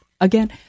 again